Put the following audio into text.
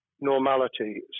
normality